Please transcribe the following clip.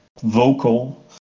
vocal